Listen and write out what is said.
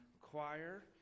choir